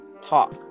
talk